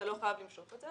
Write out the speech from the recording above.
אתה לא חייב למשוך אותו.